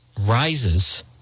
rises